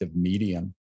medium